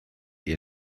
ihr